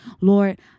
Lord